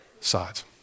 sides